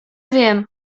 wiem